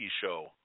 show